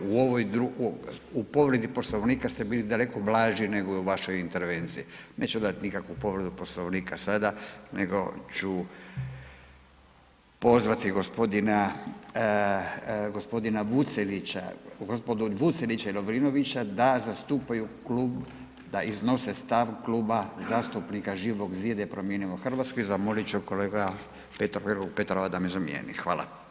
U povredi Poslovnika ste bili daleko blaži nego u vašoj intervenciji, neću dat nikakvu povredu Poslovnika sada nego ću pozvati g. Vucelića, gospodu Vucelića i Lovrinovića da zastupaju klub., da iznose stav Kluba zastupnika Živog zida i Promijenimo Hrvatsku i zamolit ću kolegu Petrova da me zamijeni, hvala.